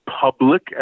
public